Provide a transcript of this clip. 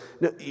no